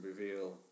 reveal